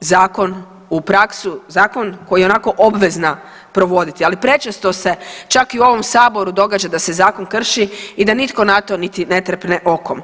zakon u praksu, zakon koji je i onako obvezna provoditi, ali prečesto se čak i u ovom saboru događa da se zakon krši i da nitko na to niti ne trepne okom.